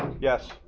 Yes